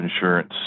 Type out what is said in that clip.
insurance